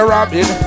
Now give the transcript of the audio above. Robin